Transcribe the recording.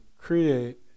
create